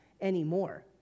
anymore